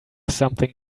something